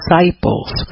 disciples